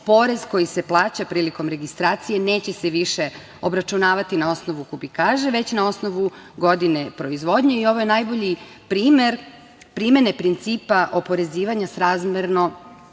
porez koji se plaća prilikom registracije neće se više obračunavati na osnovu kubikaže, već na osnovu godine proizvodnje i ovo je najbolji primer primene principa oporezivanja srazmerno